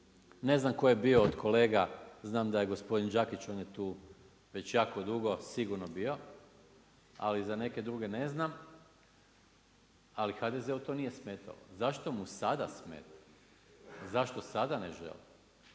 ne znam tko je bio od kolega, znam da je gospodin Đakić on je tu već jako dugo sigurno bio, ali za neke druge ne znam, ali HDZ-u to nije smetalo. Zašto mu sada smeta? Zašto sada ne želi?